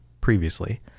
previously